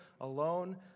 alone